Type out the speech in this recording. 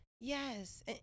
yes